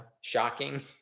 shocking